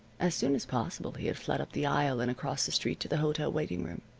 as soon as possible he had fled up the aisle and across the street to the hotel writing-room.